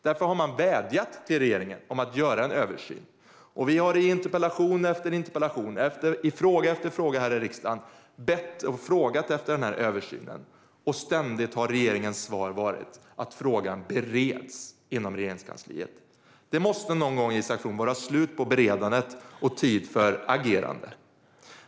De har därför vädjat till regeringen att göra en översyn. Vi skrivit interpellation efter interpellation och ställt fråga efter fråga här i riksdagen om den här översynen. Regeringens svar har ständigt varit att frågan bereds inom Regeringskansliet. Det måste någon gång, Isak From, vara slut på beredandet och tid för agerande.